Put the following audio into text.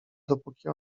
dopóki